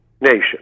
nation